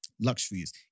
luxuries